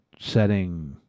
setting